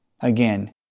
Again